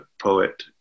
poet